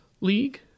League